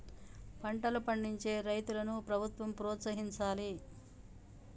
పంటలు పండించే రైతులను ప్రభుత్వం ప్రోత్సహించాలి